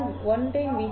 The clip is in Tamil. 1 இன் வீச்சுடன்